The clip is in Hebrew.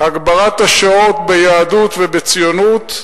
בהגברת השעות ביהדות ובציונות.